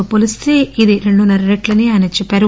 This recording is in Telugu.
తో పోలీస్త ఇది రెండున్నర రెట్లని ఆయన చెప్పారు